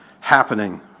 happening